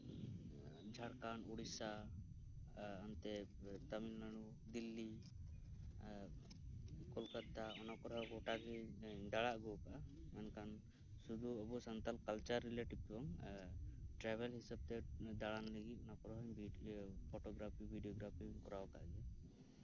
ᱡᱷᱟᱲᱠᱷᱟᱰ ᱩᱲᱤᱥᱥᱟ ᱚᱱᱛᱮ ᱛᱟᱹᱢᱤᱞ ᱱᱟᱲᱩ ᱫᱤᱞᱞᱤ ᱠᱳᱞᱠᱟᱛᱟ ᱚᱱᱟ ᱠᱚᱨᱮ ᱦᱚᱸ ᱜᱚᱴᱟ ᱜᱮᱧ ᱫᱟᱬᱟ ᱟᱜᱩ ᱟᱠᱟᱜᱼᱟ ᱢᱮᱱ ᱠᱷᱟᱱ ᱥᱩᱫᱩ ᱟᱵᱚ ᱥᱟᱱᱛᱟᱲ ᱠᱟᱞᱪᱟᱨ ᱨᱤᱞᱮᱴᱤᱵᱽ ᱫᱚ ᱵᱟᱝ ᱴᱨᱟᱭᱵᱮᱞ ᱦᱤᱥᱟᱹᱵᱽ ᱛᱮ ᱫᱟᱬᱟᱱ ᱞᱟᱹᱜᱤᱫ ᱚᱱᱟ ᱠᱚᱨᱮ ᱦᱚᱸᱧ video photography videography ᱤᱧ ᱠᱚᱨᱟᱣ ᱟᱠᱟᱫ ᱜᱮᱭᱟ